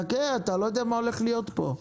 חכה, אתה לא יודע מה הולך להיות פה.